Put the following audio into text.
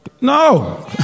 No